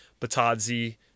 Batadzi